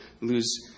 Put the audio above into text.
lose